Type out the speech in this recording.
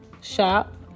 shop